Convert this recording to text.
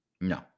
No